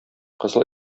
кызыл